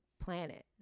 planet